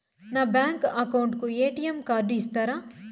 నా bank account కు ATM card ఇస్తారా